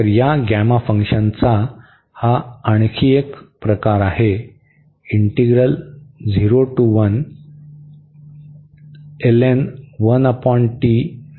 तर या गॅमा फंक्शनचा हा आणखी एक प्रकार आहे